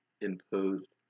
imposed